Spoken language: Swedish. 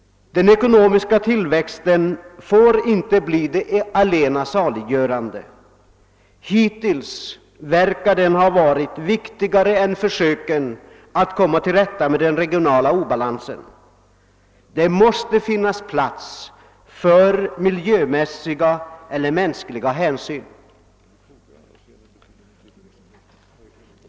Den ekonomiska tillväxten får inte bli det allena saliggörande — hittills verkar den ha varit viktigare än försöken att komma till rätta med den regionala obalansen. Det måste finnas plats för miljömässiga eller mänskliga hänsyn.